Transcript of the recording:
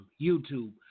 YouTube